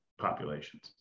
populations